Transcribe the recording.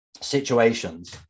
situations